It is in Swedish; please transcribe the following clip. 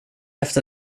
efter